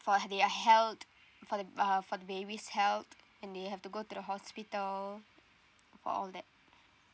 for their health for the uh for the baby's health and they have to go to the hospital all that